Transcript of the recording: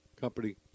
company